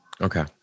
Okay